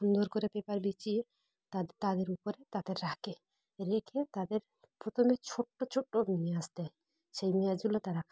সুন্দর করে পেপার বিছিয়ে তাদের তাদের উপরে তাদের রাখে রেখে তাদের প্রথমে ছোট্টো ছোট্টো মেঁয়াজ দেয় সেই মেঁয়াজগুলো তারা